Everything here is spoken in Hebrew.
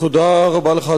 תודה רבה לך,